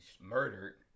murdered